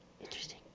Interesting